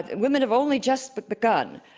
women have only just but begun,